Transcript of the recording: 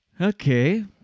Okay